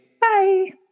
Bye